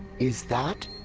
is that.